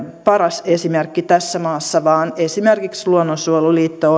paras esimerkki tässä maassa vaan esimerkiksi luonnonsuojeluliitto